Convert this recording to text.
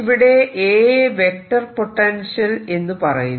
ഇവിടെ A യെ vector potential എന്ന് പറയുന്നു